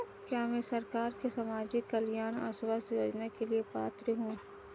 क्या मैं सरकार के सामाजिक कल्याण और स्वास्थ्य योजना के लिए पात्र हूं?